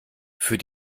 für